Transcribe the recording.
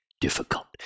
difficult